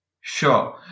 Sure